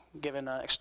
given